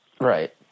Right